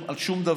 ובאמת,